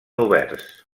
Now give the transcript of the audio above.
oberts